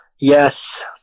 Yes